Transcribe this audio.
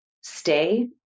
stay